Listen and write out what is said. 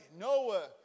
Noah